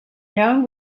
known